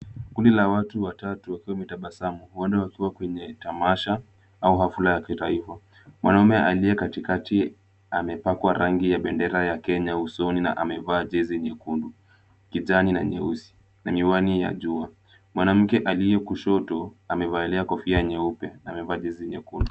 Kundi la watu watatu wakiwa wametabasamu wote wakiwa kwenye tamasha amaa hafla ya kimataifa , wanaume aliye katikati amepakwa rangi ya bendera ya Kenya usoni na amevaa jezi nyekundu ,kijani na nyeusi. Na miwani ya jua .Mwanamke aliyekushoto amevaelea kofia nyeupe na amevaa jezi nyembamba.